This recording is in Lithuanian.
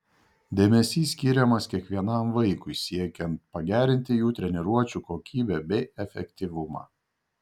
dėmesys skiriamas kiekvienam vaikui siekiant pagerinti jų treniruočių kokybę bei efektyvumą